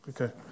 Okay